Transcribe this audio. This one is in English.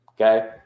okay